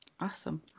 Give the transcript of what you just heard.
Awesome